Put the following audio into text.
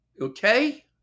Okay